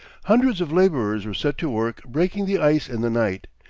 hundreds of laborers were set to work breaking the ice in the night,